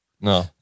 No